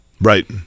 Right